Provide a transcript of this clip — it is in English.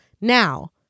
Now